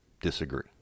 disagree